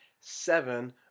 seven